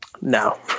No